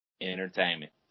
entertainment